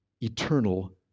eternal